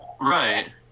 Right